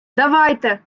давайте